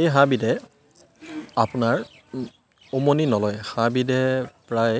এই হাঁহবিধে আপোনাৰ উমনি নলয় হাঁহ বিধে প্ৰায়